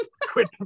Quit